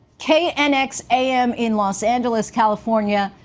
knx am in los angeles, california.